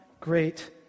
great